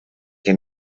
que